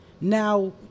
Now